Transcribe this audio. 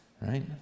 right